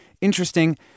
interesting